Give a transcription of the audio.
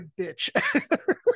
bitch